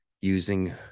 using